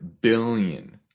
billion